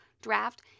draft